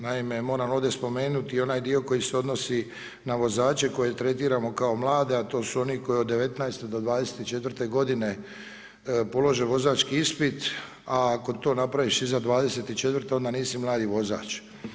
Naime, moram ovdje spomenuti i onaj dio koji se odnosi na vozače koje tretiramo kao mlade a to su oni koji od 19.-te do 24.-te godine polože vozački ispit a ako to napraviš iza 24.-te onda nisi mladi vozač.